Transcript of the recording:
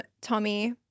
Tommy